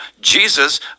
Jesus